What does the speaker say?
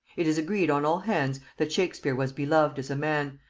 it is agreed on all hands that shakespeare was beloved as a man,